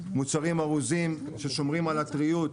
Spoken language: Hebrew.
מוצרים ארוזים ששומרים על הטריות,